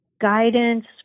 guidance